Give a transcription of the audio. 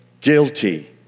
guilty